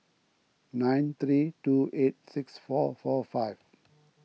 nine three two eight six four four five